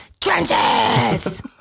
Trenches